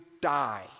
die